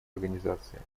организации